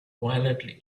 violently